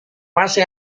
base